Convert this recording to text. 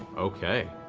okay.